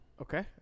Okay